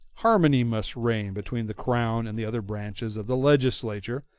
harmony must reign between the crown and the other branches of the legislature,